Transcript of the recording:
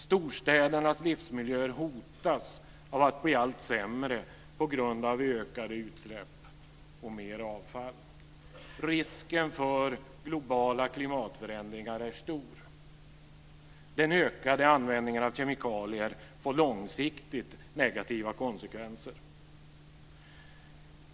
Storstädernas livsmiljöer hotas av att bli allt sämre på grund av ökade utsläpp och mer avfall. Risken för globala klimatförändringar är stor. Den ökade användningen av kemikalier får långsiktigt negativa konsekvenser.